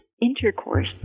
intercourse